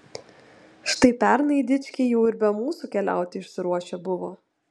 štai pernai dičkiai jau ir be mūsų keliauti išsiruošę buvo